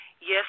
Yes